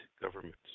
governments